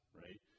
right